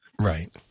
Right